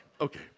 okay